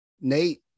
Nate